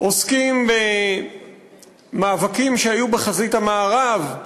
עוסקים במאבקים שהיו בחזית המערב,